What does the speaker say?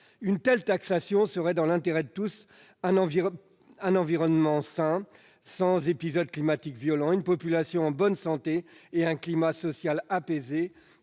Une telle taxation serait dans l'intérêt de tous. Un environnement sain, sans épisodes climatiques violents, une population en bonne santé, un climat social apaisé,